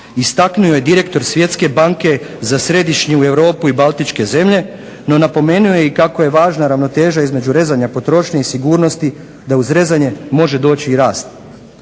istaknuo je direktor Svjetske banke za središnju Europu i baltičke zemlje, no napomenuo je i kako je važna ravnoteža između rezanja potrošnje i sigurnosti da uz rezanje može doći i rast.